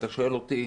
אתה שואל אותי